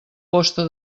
posta